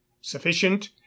sufficient